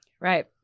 Right